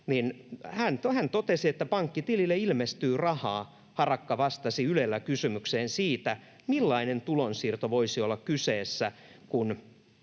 Hän totesi, että pankkitilille ilmestyy rahaa. Harakka vastasi Ylellä kysymykseen siitä, millainen tulonsiirto voisi olla kyseessä, kun